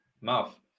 mouth